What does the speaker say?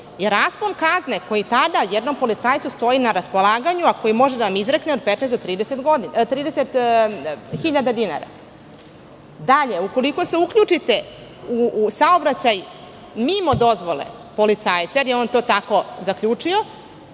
raspon kazne koji tada jednom policajcu stoji na raspolaganju, a koji može da vam izrekne, je 15 do 30 hiljada dinara. Dalje, ukoliko se uključite u saobraćaj mimo dozvole policajca, jer je on to tako zaključio,